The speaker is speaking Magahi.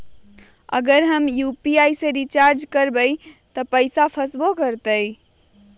अगर हम यू.पी.आई से रिचार्ज करबै त पैसा फसबो करतई?